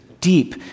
deep